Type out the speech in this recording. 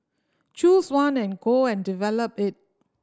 choose one and go and develop it